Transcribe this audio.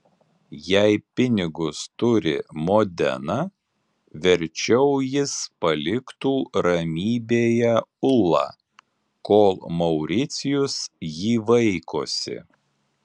jei pinigus turi modena verčiau jis paliktų ramybėje ulą kol mauricijus jį vaikosi